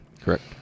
Correct